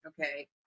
okay